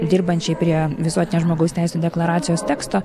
dirbančiai prie visuotinės žmogaus teisių deklaracijos teksto